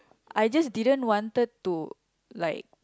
I just didn't wanted to like